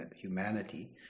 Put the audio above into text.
humanity